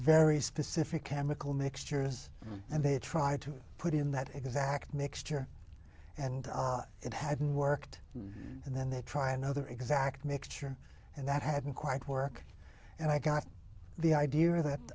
very specific chemical mixtures and they tried to put in that exact mixture and it hadn't worked and then they try another exact mixture and that hadn't quite work and i got the idea that